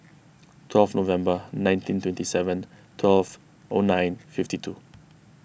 twelve November nineteen twenty seven twelve O nine fifty two